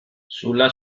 sulla